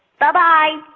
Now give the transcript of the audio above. bye-bye,